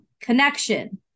connection